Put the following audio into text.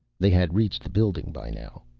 they had reached the building by now.